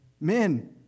men